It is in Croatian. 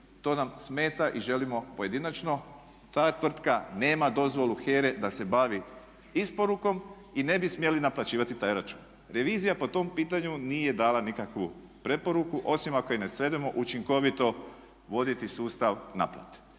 to nam smetat i želimo pojedinačno. Ta tvrtka nema dozvolu HERA-e da se bavi isporukom i ne bi smjeli naplaćivati taj račun. Revizija po tom pitanju nije dala nikakvu preporuku osim ako je ne svedemo učinkovito voditi sustav naplate.